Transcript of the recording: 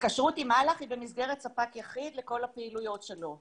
ההתקשרות עם אל"ח היא במסגרת ספק יחיד לכל הפעילויות שלו.